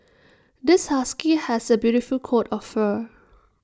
this husky has A beautiful coat of fur